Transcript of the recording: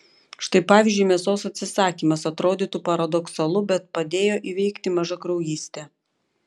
štai pavyzdžiui mėsos atsisakymas atrodytų paradoksalu bet padėjo įveikti mažakraujystę